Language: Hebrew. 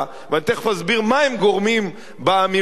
ותיכף נסביר מה הם גורמים באמירות הללו,